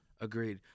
Agreed